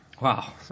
Wow